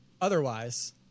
otherwise